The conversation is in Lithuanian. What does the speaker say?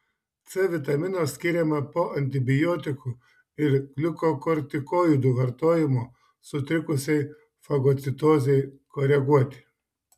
c vitamino skiriama po antibiotikų ir gliukokortikoidų vartojimo sutrikusiai fagocitozei koreguoti